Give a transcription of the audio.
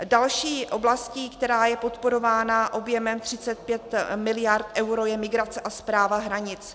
Další oblastí, která je podporována objemem 35 miliard eur, je migrace a správa hranic.